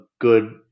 good